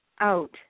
out